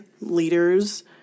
leaders